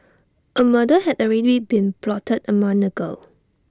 A murder had already been plotted A month ago